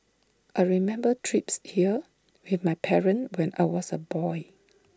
I remember trips here with my parents when I was A boy